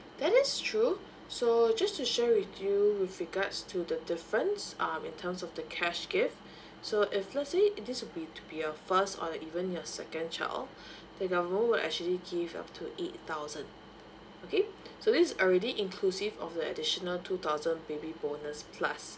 that is true so just to share with you with regards to the difference um in terms of the cash gift so if let's say this would be to be your first or like even your second child the government will actually give up to eight thousand okay so this is already inclusive of the additional two thousand baby bonus plus